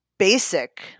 basic